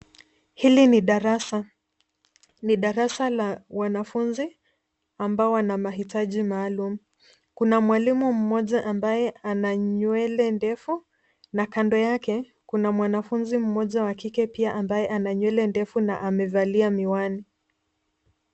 Hili ni darasa, ni darasa la wanafunzi ambao wana mahitaji maalum. Kuna mwalimu mmoja ambaye ana nywele ndefu na kando yake kuna mwanafunzi mmoja wa kike pia ambaye ana nywele ndefu na amevalia miwani.